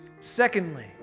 secondly